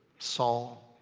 saul.